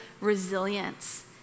resilience